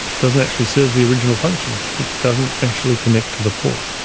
doesn't actually serve the original function, it doesn't actually connect to the port.